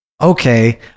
Okay